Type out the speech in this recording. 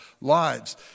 lives